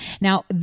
Now